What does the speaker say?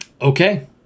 Okay